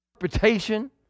interpretation